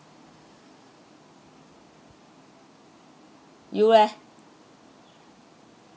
you leh